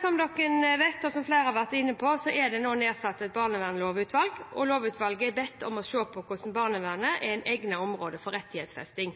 Som flere har vært inne på, er det nå nedsatt et barnevernlovutvalg. Lovutvalget er bedt om å se på om barnevernet er et egnet område for rettighetsfesting.